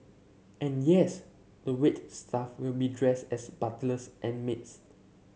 and yes the wait staff will be dressed as butlers and maids